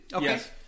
yes